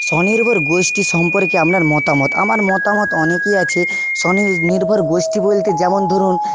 স্বনির্ভর গোষ্ঠী সম্পর্কে আপনার মতামত আমার মতামত অনেকই আছে স্বনির নির্ভর গোষ্ঠী বলতে যেমন ধরুন